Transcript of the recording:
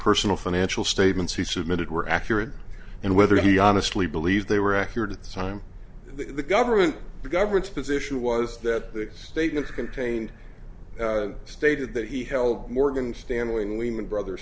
personal financial statements he submitted were accurate and whether he honestly believed they were accurate at the time that the government the government's position was that the statements contained stated that he held morgan stanley and women brother